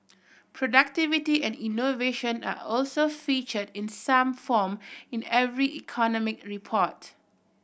productivity and innovation are also featured in some form in every economic report